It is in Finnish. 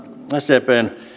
sdpn